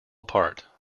apart